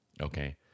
Okay